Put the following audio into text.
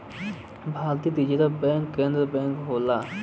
भारतीय reserve bank केन्द्रीय bank होला